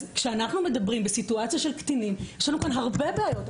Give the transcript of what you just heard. אז כשאנחנו מדברים בסיטואציה של קטינים יש לנו כאן הרבה בעיות.